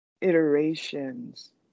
iterations